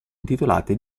intitolate